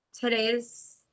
today's